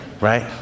right